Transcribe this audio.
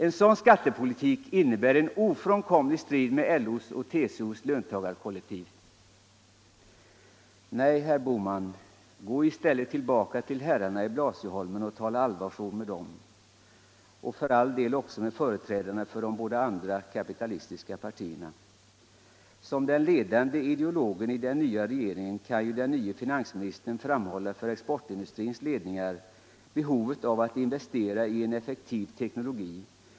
En sådan skattepolitik innebär en ofrånkomlig strid med LO:s och TCO:s löntagarkollektiv! Nej, herr Bohman, gå i stället tillbaka till herrarna på Blasicholmen och tala allvarsord med dem. och för all del också med företrädarna för de andra två kapitalistiska partierna. Som den ledande ideologen i den nya regeringen kan ju den nye finansministern framhålla för ecxportindustrins ledningar behovet av att investera i en effektiv teknologi.